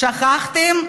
שכחתם,